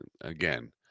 Again